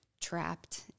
trapped